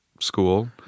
school